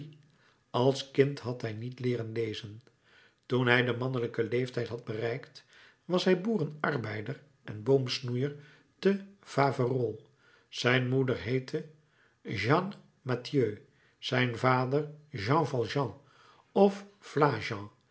als kind had hij niet leeren lezen toen hij den mannelijken leeftijd had bereikt was hij boerenarbeider en boomsnoeier te faverolles zijn moeder heette jeanne matthieu zijn vader jean valjean of